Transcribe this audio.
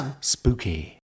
Spooky